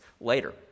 later